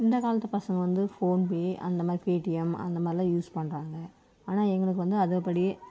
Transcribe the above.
இந்த காலத்து பசங்க வந்து ஃபோன் பே அந்த மாதிரி பேடிஎம் அந்த மாதிரிலாம் யூஸ் பண்ணுறாங்க ஆனால் எங்களுக்கு வந்து அதுப்படி